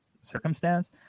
circumstance